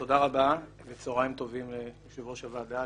תודה רבה וצהרים טובים ליושב ראש הוועדה,